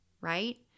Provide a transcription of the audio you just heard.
right